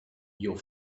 your